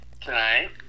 tonight